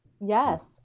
Yes